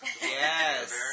Yes